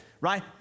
right